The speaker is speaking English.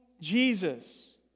Jesus